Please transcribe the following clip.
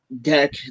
deck